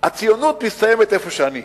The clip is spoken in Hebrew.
הציונות מסתיימת איפה שאני.